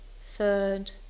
third